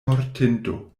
mortinto